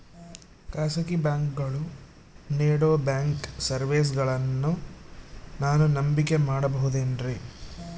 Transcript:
ಖಾಸಗಿ ಬ್ಯಾಂಕುಗಳು ನೇಡೋ ಬ್ಯಾಂಕಿಗ್ ಸರ್ವೇಸಗಳನ್ನು ನಾನು ನಂಬಿಕೆ ಮಾಡಬಹುದೇನ್ರಿ?